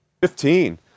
Fifteen